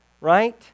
right